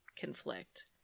conflict